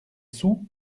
sous